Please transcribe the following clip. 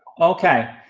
ok,